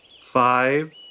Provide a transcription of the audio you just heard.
Five